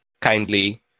kindly